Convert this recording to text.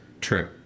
true